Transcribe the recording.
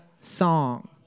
Song